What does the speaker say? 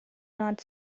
not